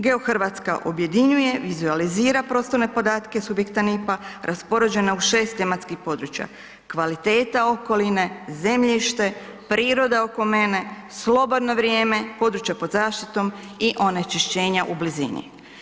GeoHrvatska objedinjuje, vizualizira prostorne podatke subjekta NIPP-a raspoređena u 6 tematskih područja, kvaliteta okoline, zemljište, priroda oko mene, slobodno vrijeme, područja pod zaštitom i onečišćenja u blizini.